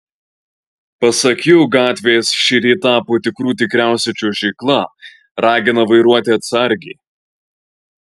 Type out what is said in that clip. pasak jų gatvės šįryt tapo tikrų tikriausia čiuožykla ragina vairuoti atsargiai